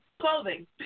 clothing